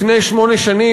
לפני שמונה שנים,